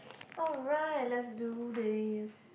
alright let's do this